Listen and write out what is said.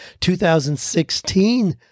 2016